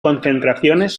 concentraciones